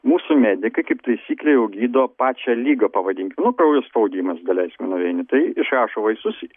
mūsų medikai kaip taisyklė jau gydo pačią ligą pavadinkim nu kraujo spaudimas daleiskim nueini tai išrašo vaistus